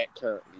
currently